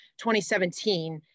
2017